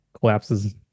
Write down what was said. collapses